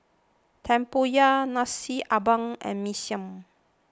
Tempoyak Nasi Ambeng and Mee Siam